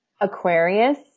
Aquarius